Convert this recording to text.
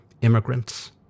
immigrants